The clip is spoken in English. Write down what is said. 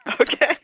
Okay